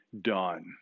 done